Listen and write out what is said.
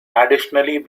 additionally